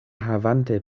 havante